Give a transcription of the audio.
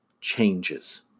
changes